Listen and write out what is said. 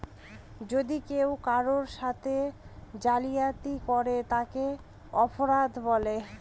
যদি কেউ কারোর সাথে জালিয়াতি করে তাকে অপরাধ বলে